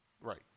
Right